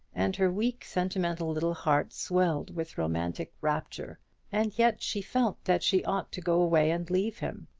and her weak sentimental little heart swelled with romantic rapture and yet she felt that she ought to go away and leave him.